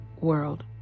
world